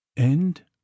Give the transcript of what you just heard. End